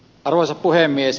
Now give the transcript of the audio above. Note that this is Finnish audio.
arvoisa puhemies